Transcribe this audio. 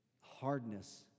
hardness